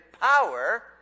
power